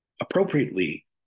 Appropriately